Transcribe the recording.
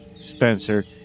Spencer